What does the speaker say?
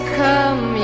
come